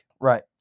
Right